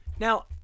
Now